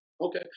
Okay